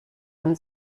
man